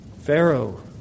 Pharaoh